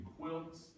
quilts